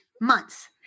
months